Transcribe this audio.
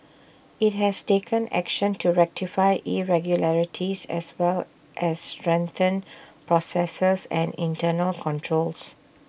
IT has taken action to rectify irregularities as well as strengthen processes and internal controls